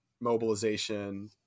mobilization